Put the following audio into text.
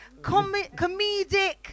comedic